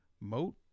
Moat